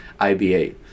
IBA